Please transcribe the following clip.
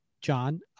John